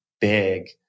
big